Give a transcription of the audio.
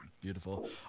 Beautiful